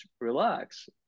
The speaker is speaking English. relax